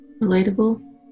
Relatable